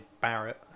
Barrett